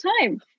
time